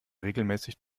regelmäßig